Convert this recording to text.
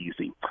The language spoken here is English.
easy